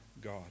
God